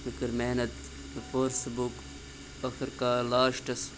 مےٚ کٔر محنت مےٚ پٔر سہٕ بُک ٲخٕر کار لاسٹَس